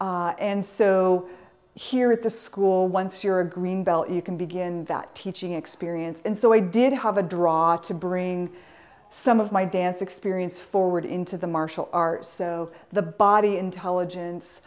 before and so here at the school once you're a greenbelt you can begin that teaching experience and so i did have a draw to bring some of my dance experience forward into the martial arts so the body intelligence